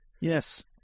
Yes